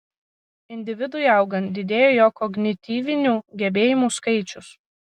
individui augant didėja jo kognityvinių gebėjimų skaičius